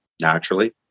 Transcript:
naturally